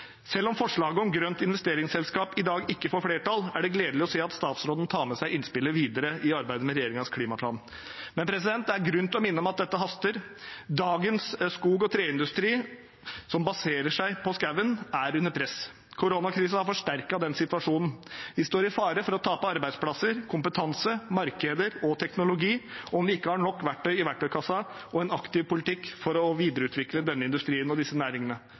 Selv om forslaget om grønt investeringsselskap i dag ikke får flertall, er det gledelig å se at statsråden tar med seg innspillet videre i arbeidet med regjeringens klimaplan. Men det er grunn til å minne om at dette haster. Dagens skog- og treindustri som baserer seg på skogen, er under press. Koronakrisen har forsterket den situasjonen – vi står i fare for å tape arbeidsplasser, kompetanse, markeder og teknologi om vi ikke har nok verktøy i verktøykassen og en aktiv politikk for å videreutvikle denne industrien og disse næringene.